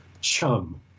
chum